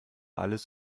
alles